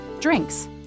Drinks